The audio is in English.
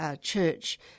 Church